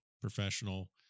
professional